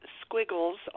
squiggles